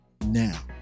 Now